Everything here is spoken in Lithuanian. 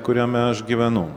kuriame aš gyvenu